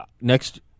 next